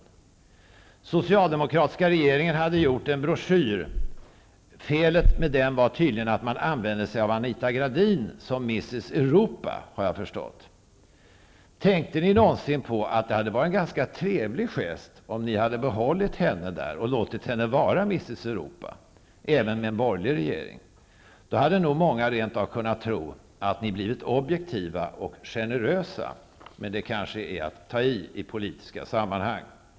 Den socialdemokratiska regeringen hade gjort en broschyr. Felet med den var att man använde sig av Anita Gradin som Mrs. Europa, har jag förstått. Tänkte ni någonsin på att det hade varit en ganska trevlig gest om ni hade behållit henne där och låtit henne vara Mrs. Europa även med en borgerlig regering? Då hade nog många rent av kunnat tro att ni blivit objektiva och generösa. Men i politiska sammanhang är det kanske att ta i?